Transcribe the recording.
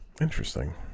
Interesting